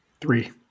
Three